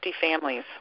families